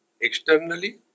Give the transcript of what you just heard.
externally